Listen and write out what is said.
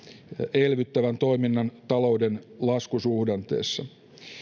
elvyttävän toiminnan talouden laskusuhdanteessa